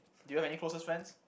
do you have any closest friends